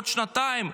עוד שנתיים?